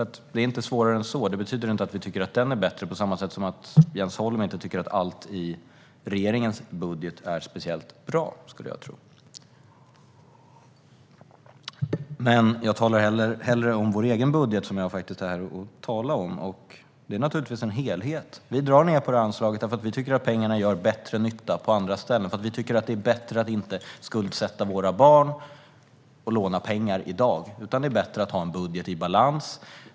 Det är inte svårare än så. Det betyder inte att vi tycker att den är bättre än vår egen, på samma sätt som jag skulle tro att Jens Holm inte tycker att allt i regeringens budget är speciellt bra. Jag talar dock hellre om vår egen budget, vilket faktiskt är vad jag är här för att tala om. Budgeten är naturligtvis en helhet. Vi drar ned på detta anslag eftersom vi tycker att pengarna gör bättre nytta på andra ställen. Vi tycker att det är bättre att inte skuldsätta våra barn genom att låna pengar i dag. Det är bättre att ha en budget i balans.